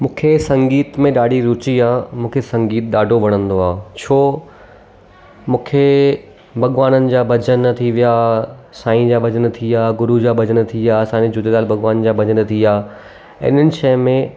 मूंखे संगीत में ॾाढी रुची आहे मूंखे संगीत ॾाढो वणंदो आहे छो मूंखे भॻवाननि जा भॼन थी विया साईं जा भॼन थी विया गुरू जा भॼन थी विया साईं झूलेलाल भॻवान जा भॼन थी विया इन्हनि शइ में